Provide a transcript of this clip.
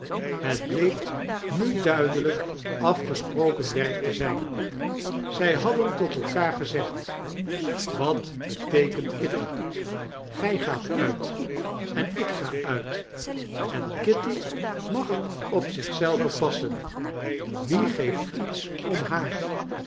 het bleek nu duidelp afgesproken werk te zp zii hadden totelkaargezegd wat beteekent kitty gjj gaatuit en ik ga uit en kitty mag op zich zelve passen wie geeft iets om haar